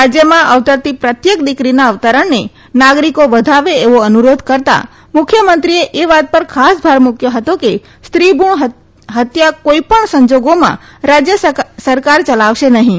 રાજ્યમાં અવતરતી પ્રત્યેક દીકરીના અવતરણને નાગરિકો વધાવે એવો અનુરોધ કરતાં મુખ્યમંત્રીશ્રીએ એ વાત પર ખાસ ભાર મુકથો હતો કે સ્ત્રીભૂણ ફત્યા કોઇ પણ સંજોગોમાં રાજયસરકાર યલાવશે નહીં